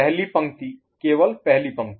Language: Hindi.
पहली पंक्ति केवल पहली पंक्ति